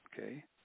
okay